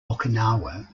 okinawa